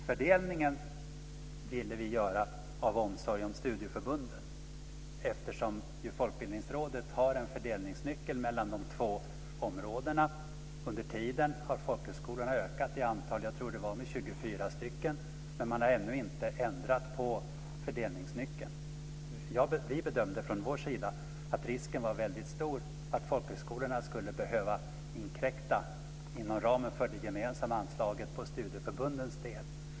Vi ville göra fördelningen av omsorg om studieförbunden eftersom Folkbildningsrådet har en fördelningsnyckel mellan de två områdena. Under tiden har folkhögskolorna ökat i antal - jag tror att det var med 24 stycken - men man har ännu inte ändrat på fördelningsnyckeln. Vi bedömde från vår sida att risken var stor att folkhögskolorna skulle behöva inkräkta på studieförbundens del inom ramen för det gemensamma anslaget.